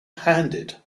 handed